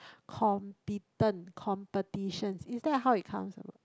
competent competitions is that how it counts a not